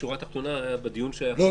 שורה תחתונה בדיון שהיה קודם --- לא,